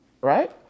right